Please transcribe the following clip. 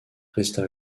resta